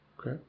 Okay